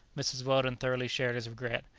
mrs. weldon thoroughly shared his regret,